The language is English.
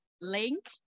link